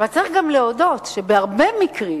אבל צריך גם להודות שבהרבה מקרים,